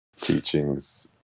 teachings